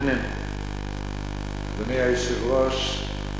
אדוני היושב-ראש,